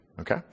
okay